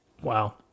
Wow